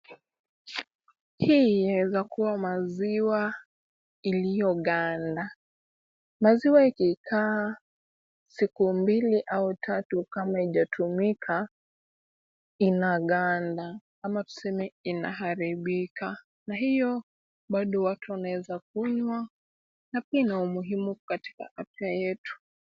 Hii inawezakua maziwa iliyoganda. Maziwa ikikaa siku mbili au tatu kama haijatumika inaganda ama tuseme inaharibika na hiyo bado watu wanaweza kunywa na pia ina umuhimu katika afya yetu.